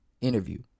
interview